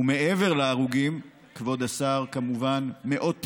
ומעבר להרוגים, כבוד השר, כמובן מאות פצועים,